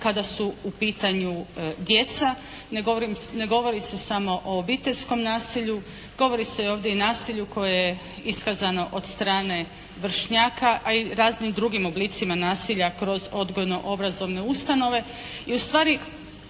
kada su u pitanju djeca. Ne govori se samo o obiteljskom nasilju. Govori se ovdje i o nasilju koje je iskazano od strane vršnjaka a i raznim drugim oblicima nasilja kroz odgojno-obrazovne ustanove.